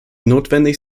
notwendig